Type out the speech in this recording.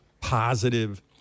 positive